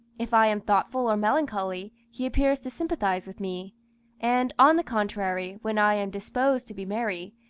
if i am thoughtful or melancholy, he appears to sympathise with me and, on the contrary, when i am disposed to be merry,